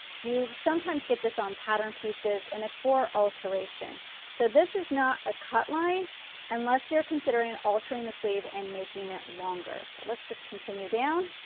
you sometimes get this on pattern pieces and it's for alteration so this is not a cutline unless you are considering altering the sleeve and making it longer and but let's just continue down